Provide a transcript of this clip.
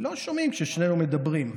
לא שומעים כששנינו מדברים.